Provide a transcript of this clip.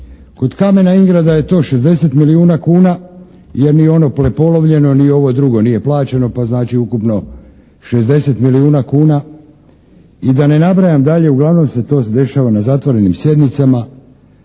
Kod "Kamena Ingrada" je to 60 milijuna kuna, jer ni ono prepolovljeno ni ovo drugo nije plaćeno, pa znači ukupno 60 milijuna kuna i da ne nabrajam dalje, uglavnom se to dešava na zatvorenim sjednicama.